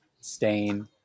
stain